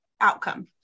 outcome